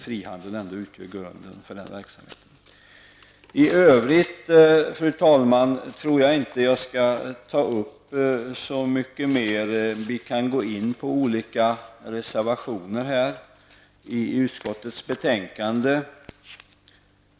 Frihandeln utgör ändå grunden för verksamheten. I övrigt tror jag inte, fru talman, att jag skall ta upp så mycket mer. Vi kan gå in på olika reservationer i utskottets betänkande.